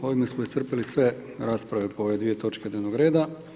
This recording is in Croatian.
Ovime smo iscrpili sve rasprave po ove dvije točke dnevnoga reda.